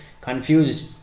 confused